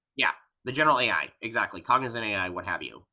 yeah, the general ai, exactly. cognizant ai, what have you.